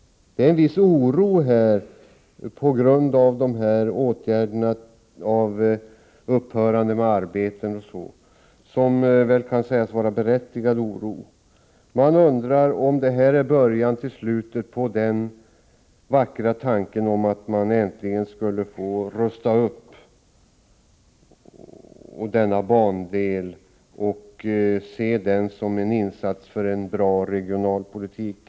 Det råder en viss oro, på grund av att arbetet med rälsbyte upphör osv., och denna oro kan sägas vara berättigad. Jag undrar om detta är början till slutet på den vackra tanken om att denna bandel äntligen skulle bli upprustad och att det var en insats för en bra regionalpolitik.